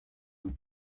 vous